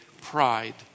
pride